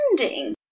ending